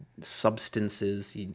substances